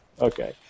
okay